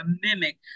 mimic